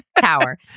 tower